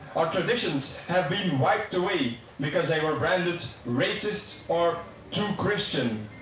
our traditions have been wiped away, because they were branded racist or too christian.